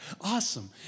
Awesome